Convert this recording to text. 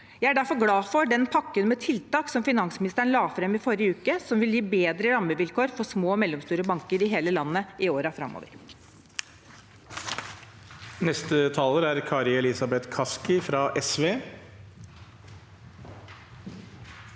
Jeg er derfor glad for pakken med tiltak som finansministeren la fram i forrige uke, som vil gi bedre rammevilkår for små og mellomstore banker i hele landet i årene framover.